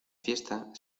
fiesta